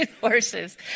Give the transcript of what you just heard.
horses